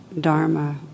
dharma